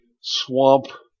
swamp